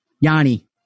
Yanni